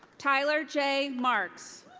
tyler j. marks.